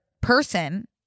person